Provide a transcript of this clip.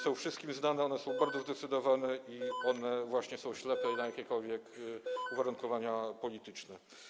Są one wszystkim znane, są bardzo zdecydowane i właśnie są ślepe na jakiekolwiek uwarunkowania polityczne.